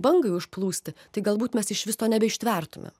bangai užplūsti tai galbūt mes išvis to nebeištvertume